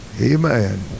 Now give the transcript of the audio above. Amen